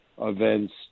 events